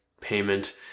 payment